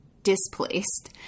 displaced